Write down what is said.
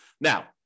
Now